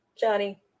Johnny